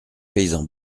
paysan